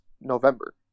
November